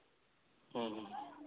ᱦᱩᱸ ᱦᱩᱸ ᱦᱩᱸ